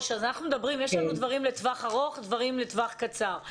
יש לנו דברים לטווח ארוך ודברים לטווח קצר.